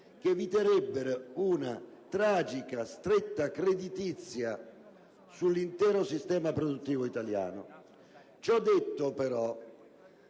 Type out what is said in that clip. che eviterebbero una tragica stretta creditizia sull'intero sistema produttivo italiano. Ciò detto, però,